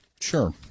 Sure